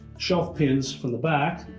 shelf pins from the back.